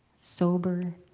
sober,